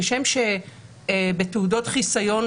כשם שבתעודות חיסיון,